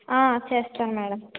చేస్తాం మేడం